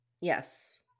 Yes